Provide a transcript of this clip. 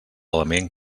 element